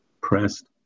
pressed